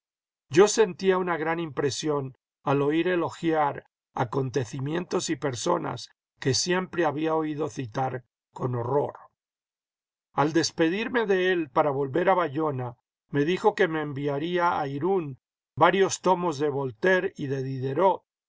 yo sentía una gran impresión al oir elogiar acontencimientos y personas que siempre había oído citar con horror al despedirmie de él para volver a bayona me dijo que me enviaría a irún varios tomos de voltaire y de diderot